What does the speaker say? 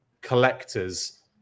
collectors